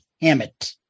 Hammett